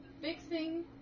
fixing